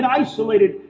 isolated